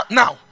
now